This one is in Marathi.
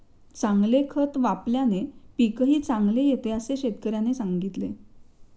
चांगले खत वापल्याने पीकही चांगले येते असे शेतकऱ्याने सांगितले